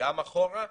גם אחורה?